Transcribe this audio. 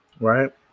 Right